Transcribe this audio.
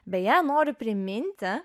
beje noriu priminti